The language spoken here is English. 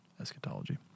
Eschatology